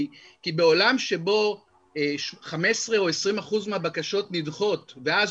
כי בעולם שבו 15% או 20% מהבקשות נדחות ואז